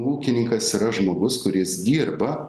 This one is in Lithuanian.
ūkininkas yra žmogus kuris dirba